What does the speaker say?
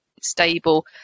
stable